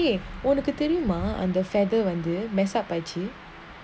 ya so a problem lah eh உனக்குதெரியுமாஅந்தகதவந்து:unaku theriuma andha kadha vandhu mess up by chief